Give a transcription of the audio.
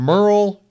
Merle